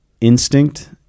instinct